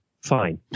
fine